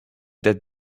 that